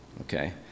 okay